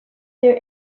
their